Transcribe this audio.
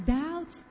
doubt